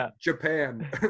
japan